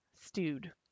Stewed